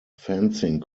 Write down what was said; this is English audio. fencing